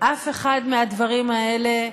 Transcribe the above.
אף אחד מהדברים האלה,